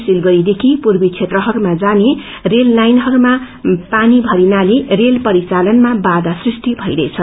सिलगडऋीदेखि पूर्वी क्षेत्रहरूमा जाने रेल लाइनहरूमा पानी भरिनाले रेल परचालनमा बााा भइरहेछ